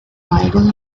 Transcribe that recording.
viable